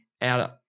out